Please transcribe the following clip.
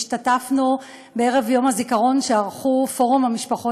השתתפנו בערב יום הזיכרון שערכו פורום המשפחות